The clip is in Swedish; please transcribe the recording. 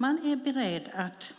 Man är beredd att,